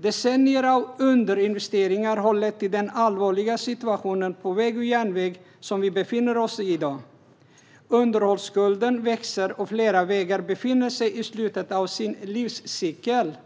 Decennier av underinvesteringar har lett till den allvarliga situation på väg och järnväg vi i dag befinner oss i. Underhållsskulden växer, och flera vägar befinner sig i slutet av sin livscykel.